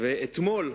אתמול,